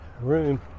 room